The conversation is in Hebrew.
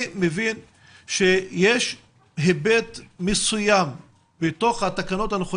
אני מבין שיש היבט מסוים בתוך התקנות שהונחו